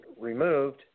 removed